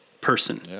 person